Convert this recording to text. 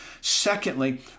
Secondly